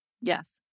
Yes